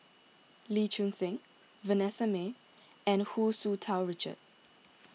Lee Choon Seng Vanessa Mae and Hu Tsu Tau Richard